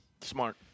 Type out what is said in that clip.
smart